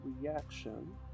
reaction